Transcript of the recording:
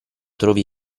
trovi